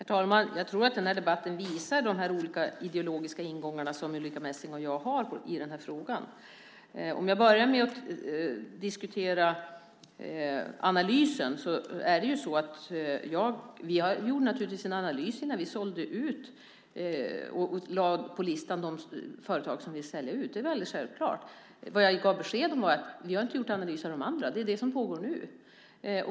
Herr talman! Jag tror att den här debatten visar de olika ideologiska ingångar som Ulrica Messing och jag har i den här frågan. Låt mig börja med att diskutera analysen. Vi gjorde naturligtvis en analys innan vi satte upp de företag som vi vill sälja ut på listan. Det är alldeles självklart. Det jag gav besked om var att vi inte har gjort någon analys av de andra. Det är det som pågår nu.